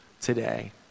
today